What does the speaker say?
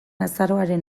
azaroaren